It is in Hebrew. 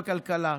בכלכלה,